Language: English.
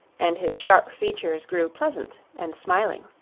and his sharp features grew pleasant and smiling.